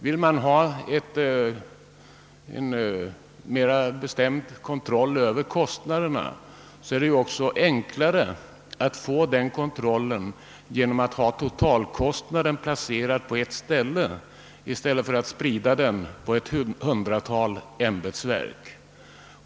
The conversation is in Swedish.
Om man: vill ha en mera bestämd kontroll över kostnaderna, är det också enklare att få denna kontroll genom att ha totalkostnaden placerad på ett håll i stället för att sprida den på ett hundratal ämbetsverk.